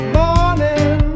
morning